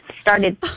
started